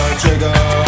trigger